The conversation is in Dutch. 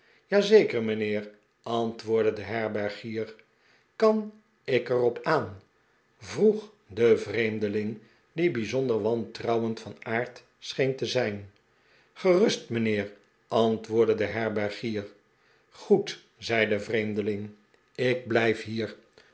zeker mijnheer antwoordde de herbergier kan ik er op aan vroeg de vreemdeling die bijzonder wantrouwend van aard scheen te zijn gerust mijnheer antwoordde de herbergier goed zei de vreemdeling ik blijf hier